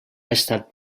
estat